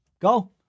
go